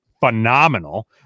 phenomenal